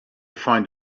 find